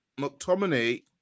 McTominay